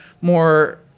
more